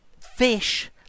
fish